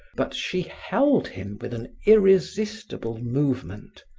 but she held him with an irresistible movement.